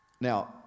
Now